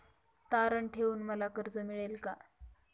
तारण ठेवून मला कर्ज मिळेल का?